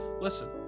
Listen